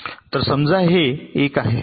तर समजा हे 1 आहे